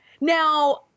Now